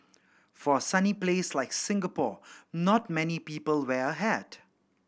for a sunny place like Singapore not many people wear a hat